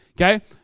Okay